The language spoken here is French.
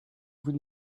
vous